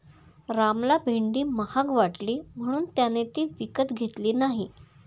रामला भेंडी महाग वाटली म्हणून त्याने ती विकत घेतली नाही